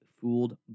fooled